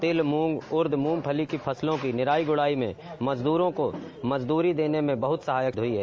तिल मूंग उर्द मूंगफली की फसलों की निराई गुढ़ाई में मजदूरों को मजदूरी देने में बहुत सहायक हुई है